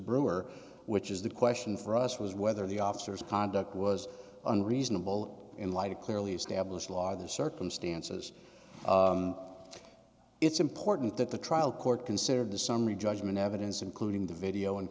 brewer which is the question for us was whether the officers conduct was unreasonable in light of clearly established law the circumstances it's important that the trial court consider the summary judgment evidence including the video and